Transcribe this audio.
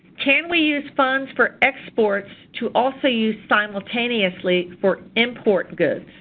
can we use funds for exports to also use simultaneously for import goods?